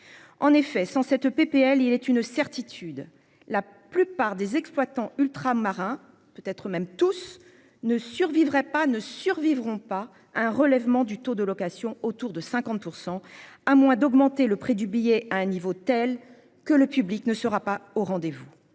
En effet, sans cette PPL il est une certitude, la plupart des exploitants ultramarins peut être même tous ne survivrait pas ne survivront pas un relèvement du taux de location autour de 50% à moins d'augmenter le prix du billet à un niveau tel que le public ne sera pas au rendez-vous.